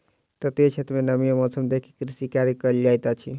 तटीय क्षेत्र में नमी आ मौसम देख के कृषि कार्य कयल जाइत अछि